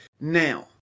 now